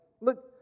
look